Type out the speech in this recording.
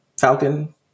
Falcon